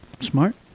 Smart